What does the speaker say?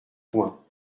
coin